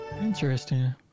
Interesting